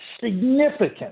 significant